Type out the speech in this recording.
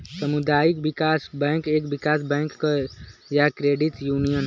सामुदायिक विकास बैंक एक विकास बैंक या क्रेडिट यूनियन हौ